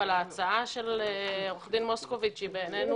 אבל ההצעה של עו"ד מוסקוביץ בעינינו